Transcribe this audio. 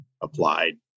applied